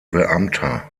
beamter